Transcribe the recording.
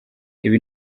ibi